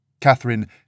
Catherine